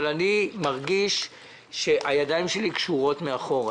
אני מרגיש שהידיים שלי קשורות מאחורה.